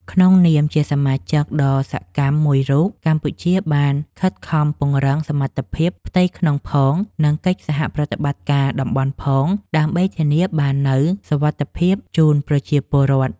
ក្នុងនាមជាសមាជិកដ៏សកម្មមួយរូប កម្ពុជាបានខិតខំពង្រឹងសមត្ថភាពផ្ទៃក្នុងផង និងកិច្ចសហប្រតិបត្តិការតំបន់ផង ដើម្បីធានាបាននូវសុវត្ថិភាពជូនប្រជាពលរដ្ឋ។